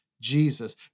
Jesus